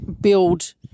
build